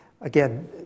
again